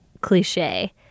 cliche